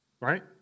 right